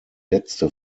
letzte